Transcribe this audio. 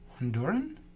Honduran